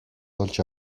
олж